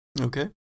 Okay